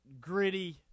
gritty